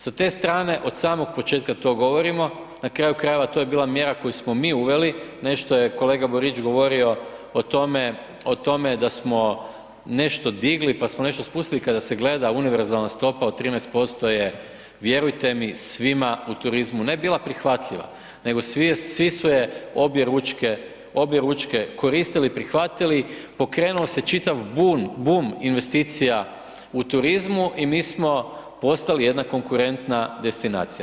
Sa te strane od samog početka to govorimo, na kraju krajeva to je bila mjera koju smo mi uveli, nešto je kolega Borić govorio o tome da smo nešto digli, pa smo nešto spustili, kada se gleda univerzalna stopa od 13% je, vjerujte mi svima u turizma, ne bila prihvatljiva, nego svi su je objeručke koristili i prihvatili, pokrenuo se čitav bum investicija u turizmu i mi smo postali jedna konkurentna destinacija.